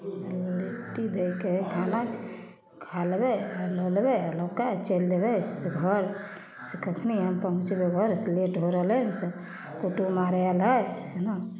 लिट्टी दयके हइ खाना खा लेबय आओर लअ लेबय आओर लअके चलि देबय से घरसँ कखनी हम पहुँचबय घरसँ लेट हो रहलय हइ से कूटुम्ब आर आयल हइ